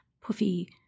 puffy